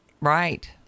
right